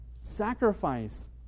Sacrifice